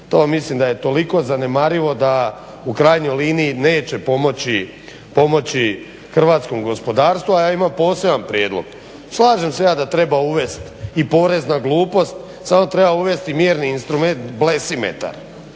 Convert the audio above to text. to mislim da je toliko zanemarivo da u krajnjoj liniji neće pomoći hrvatskom gospodarstvu, a ja imam poseban prijedlog, slažem se ja da treba uvesti i porez na glupost, samo treba uvesti mjerni instrument blesimetar,